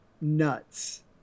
nuts